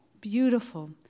beautiful